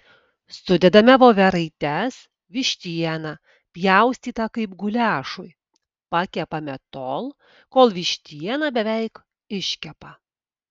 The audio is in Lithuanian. sudedame voveraites vištieną pjaustytą kaip guliašui pakepame tol kol vištiena beveik iškepa